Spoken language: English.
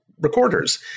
recorders